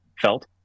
felt